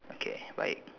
okay right